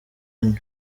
anywa